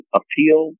appeal